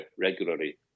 regularly